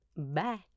Bye